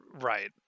right